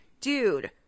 dude